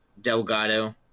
Delgado